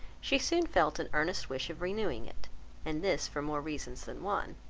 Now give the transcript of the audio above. she soon felt an earnest wish of renewing it and this for more reasons than one.